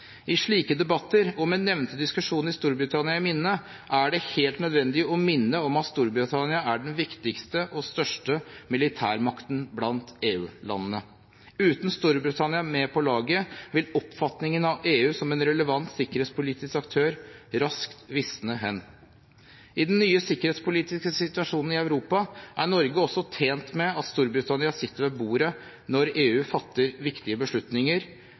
I slike debatter – og med nevnte diskusjon i Storbritannia i minne – er det helt nødvendig å minne om at Storbritannia er den viktigste og største militærmakten blant EU-landene. Uten Storbritannia med på laget vil oppfatningen av EU som en relevant sikkerhetspolitisk aktør raskt visne hen. I den nye sikkerhetspolitiske situasjonen i Europa er Norge også tjent med at Storbritannia sitter ved bordet når EU fatter viktige beslutninger,